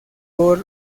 por